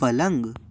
पलंग